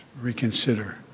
reconsider